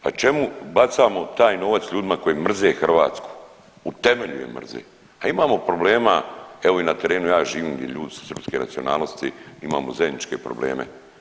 Pa čemu bacamo taj novac ljudima koji mrze Hrvatsku, u temelju je mrze, a imamo problema evo i na terenu, ja živim di ljudi su srpske nacionalnosti, imamo zajedničke probleme.